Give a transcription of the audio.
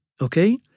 okay